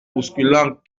bousculant